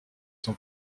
son